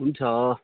हुन्छ